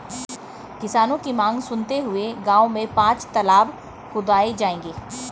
किसानों की मांग सुनते हुए गांव में पांच तलाब खुदाऐ जाएंगे